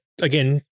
again